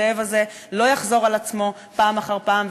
זאב" הזה לא יחזור על עצמו פעם אחר פעם,